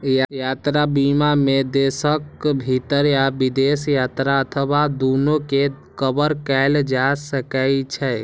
यात्रा बीमा मे देशक भीतर या विदेश यात्रा अथवा दूनू कें कवर कैल जा सकै छै